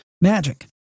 magic